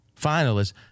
finalists